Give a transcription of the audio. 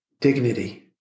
dignity